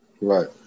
Right